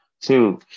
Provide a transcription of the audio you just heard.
Two